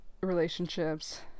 relationships